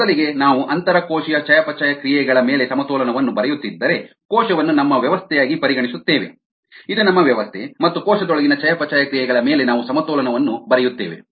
ಮೊದಲಿಗೆ ನಾವು ಅಂತರ ಕೋಶೀಯ ಚಯಾಪಚಯ ಕ್ರಿಯೆಗಳ ಮೇಲೆ ಸಮತೋಲನವನ್ನು ಬರೆಯುತ್ತಿದ್ದರೆ ಕೋಶವನ್ನು ನಮ್ಮ ವ್ಯವಸ್ಥೆಯಾಗಿ ಪರಿಗಣಿಸುತ್ತೇವೆ ಇದು ನಮ್ಮ ವ್ಯವಸ್ಥೆ ಮತ್ತು ಕೋಶದೊಳಗಿನ ಚಯಾಪಚಯ ಕ್ರಿಯೆಗಳ ಮೇಲೆ ನಾವು ಸಮತೋಲನವನ್ನು ಬರೆಯುತ್ತೇವೆ